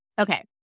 okay